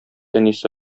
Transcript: әнисе